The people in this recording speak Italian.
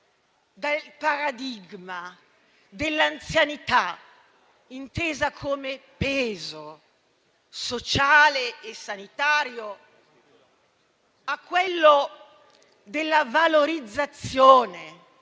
dal paradigma dell'anzianità intesa come peso sociale e sanitario, a quello della valorizzazione